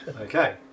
Okay